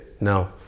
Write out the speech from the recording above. no